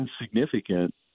insignificant